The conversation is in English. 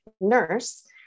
nurse